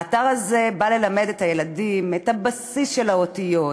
האתר הזה בא ללמד את הילדים את הבסיס של האותיות,